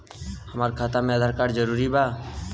हमार खाता में आधार कार्ड जरूरी बा?